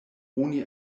oni